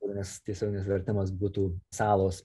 nes tiesioginis vertimas būtų salos